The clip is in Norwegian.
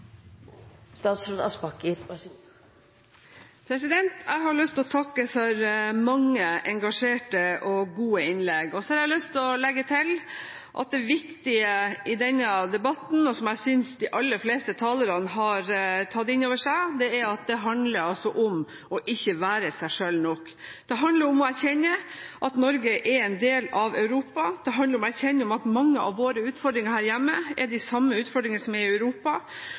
Jeg har lyst å takke for mange engasjerte og gode innlegg. Så har jeg lyst å legge til at det viktige i denne debatten, og som jeg synes at de aller fleste talerne har tatt inn over seg, er at det handler om ikke å være seg selv nok. Det handler om å erkjenne at Norge er en del av Europa. Det handler om å erkjenne at mange av våre utfordringer her hjemme er de samme utfordringene som er i Europa,